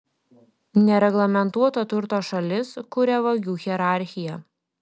nereglamentuoto turto šalis kuria vagių hierarchiją